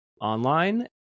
online